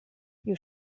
you